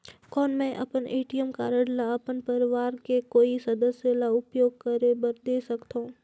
कौन मैं अपन ए.टी.एम कारड ल अपन परवार के कोई सदस्य ल उपयोग करे बर दे सकथव?